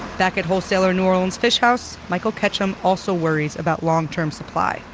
back at wholesaler new orleans fish house, like ketchum also worries about long-term supply.